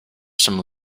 some